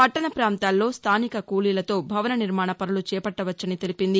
పట్లణ ప్రాంతాల్లో స్థానిక కూలీలతో భవన నిర్మాణ పనులు చేపట్టవచ్చని తెలిపింది